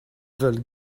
veulent